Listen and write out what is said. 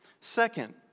Second